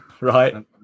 Right